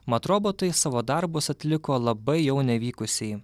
mat robotai savo darbus atliko labai jau nevykusiai